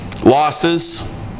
losses